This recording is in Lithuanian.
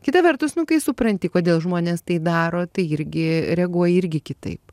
kita vertus nu kai supranti kodėl žmonės tai daro tai irgi reaguoji irgi kitaip